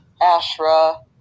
Ashra